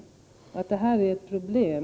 Detta är ett problem.